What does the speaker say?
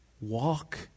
Walk